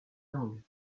langues